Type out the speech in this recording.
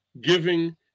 giving